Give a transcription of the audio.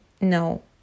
no